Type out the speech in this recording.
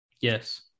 yes